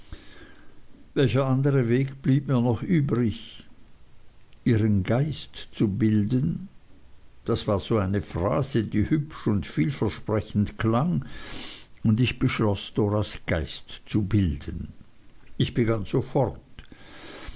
welcher andere weg blieb mir noch übrig ihren geist zu bilden das war so eine phrase die hübsch und vielversprechend klang und ich beschloß doras geist zu bilden ich begann sofort